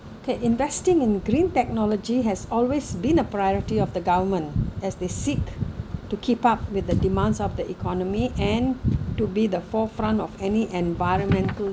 okay investing in green technology has always been a priority of the government as they seek to keep up with the demands of the economy and to be the forefront of any environmental